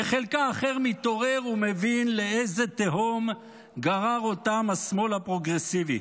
וחלקה האחר מתעורר ומבין לאיזה תהום גרר אותם השמאל הפרוגרסיבי.